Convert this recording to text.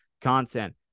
content